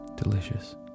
delicious